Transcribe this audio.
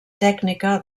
tècnica